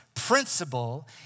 principle